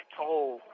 told